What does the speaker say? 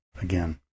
again